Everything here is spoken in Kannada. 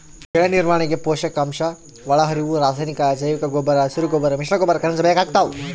ಬೆಳೆನಿರ್ವಹಣೆಗೆ ಪೋಷಕಾಂಶಒಳಹರಿವು ರಾಸಾಯನಿಕ ಅಜೈವಿಕಗೊಬ್ಬರ ಹಸಿರುಗೊಬ್ಬರ ಮಿಶ್ರಗೊಬ್ಬರ ಖನಿಜ ಬೇಕಾಗ್ತಾವ